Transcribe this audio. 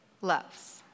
loves